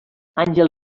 àngel